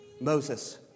Moses